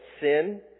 Sin